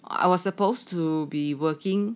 I was supposed to be working